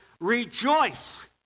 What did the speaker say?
rejoice